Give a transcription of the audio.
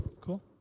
Cool